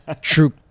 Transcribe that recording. true